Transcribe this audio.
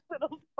little